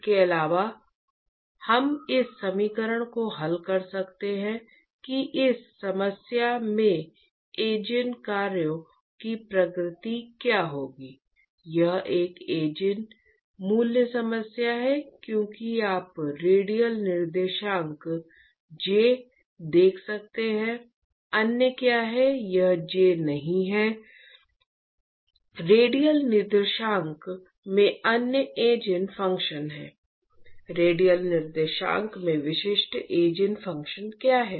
इसके अलावा हम इस समीकरण को हल कर सकते हैं कि इस समस्या के ईजिन कार्यों की प्रकृति क्या होगी यह एक ईजिन मूल्य समस्या है क्योंकि आप रेडियल निर्देशांक j देख सकते हैं अन्य क्या हैं यह j नहीं है रेडियल निर्देशांक में अन्य ईजेन फ़ंक्शन क्या हैं रेडियल निर्देशांक में विशिष्ट ईजेन फ़ंक्शन क्या हैं